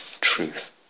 truth